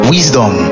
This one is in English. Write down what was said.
Wisdom